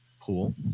pool